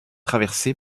traversé